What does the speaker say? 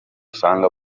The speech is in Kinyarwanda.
usanga